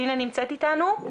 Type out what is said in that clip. כריסטינה נמצאת איתנו?